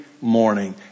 morning